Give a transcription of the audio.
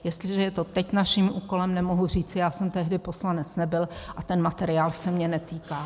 Jestliže je to teď naším úkolem, nemohu říci: já jsem tehdy poslanec nebyl a ten materiál se mě netýká.